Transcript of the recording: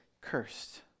cursed